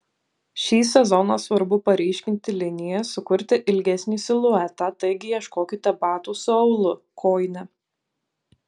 šį sezoną svarbu paryškinti linijas sukurti ilgesnį siluetą taigi ieškokite batų su aulu kojine